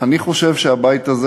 אני חושב שהבית הזה,